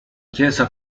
chiesa